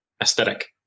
aesthetic